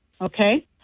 Okay